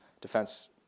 defense